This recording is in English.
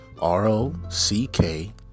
r-o-c-k